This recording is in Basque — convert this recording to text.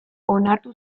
onartu